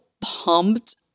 pumped